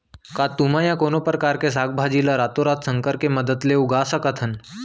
का तुमा या कोनो परकार के साग भाजी ला रातोरात संकर के मदद ले उगा सकथन?